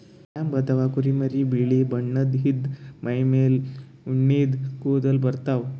lamb ಅಥವಾ ಕುರಿಮರಿ ಬಿಳಿ ಬಣ್ಣದ್ ಇದ್ದ್ ಮೈಮೇಲ್ ಉಣ್ಣಿದ್ ಕೂದಲ ಇರ್ತವ್